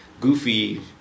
goofy